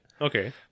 Okay